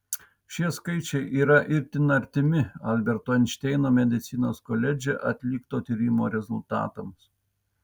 šie skaičiai yra itin artimi alberto einšteino medicinos koledže atlikto tyrimo rezultatams